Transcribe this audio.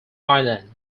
island